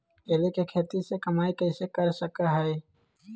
केले के खेती से कमाई कैसे कर सकय हयय?